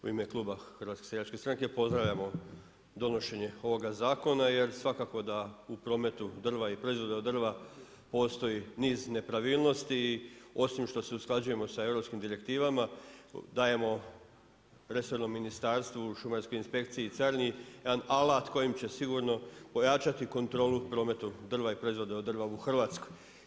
U ime kluba HSS-a pozdravljamo donošenje ovoga zakona jer svakako da u prometu drva i proizvoda od drva postoji niz nepravilnosti, osim što se usklađujemo sa europskim direktivama dajemo resornom ministarstvu, šumarskoj inspekciji i carini jedan alat kojim će sigurno ojačati kontrolu prometa drva i proizvoda od drva u Hrvatskoj.